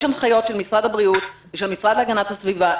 יש הנחיות של משרד הבריאות ושל המשרד להגנת הסביבה.